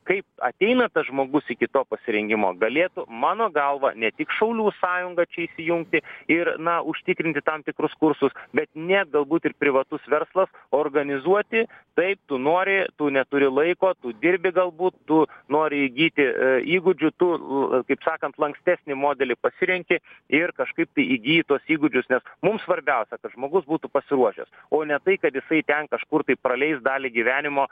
kaip ateina žmogus iki to pasirengimo galėtų mano galva ne tik šaulių sąjunga čia įsijungti ir na užtikrinti tam tikrus kursus bet net galbūt ir privatus verslas organizuoti taip tu nori tu neturi laiko tu dirbi galbūt tu nori įgyti įgūdžių tu kaip sakant lankstesnį modelį pasirenki ir kažkaip tai įgyji tuos įgūdžius nes mum svarbiausia kad žmogus būtų pasiruošęs o ne tai kad jisai ten kažkur tai praleis dalį gyvenimo